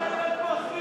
ממשלת מחריבי הארץ.